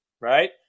right